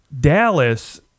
Dallas